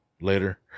later